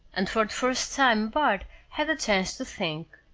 and for the first time bart had a chance to think.